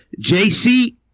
JC